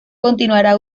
continuará